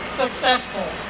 successful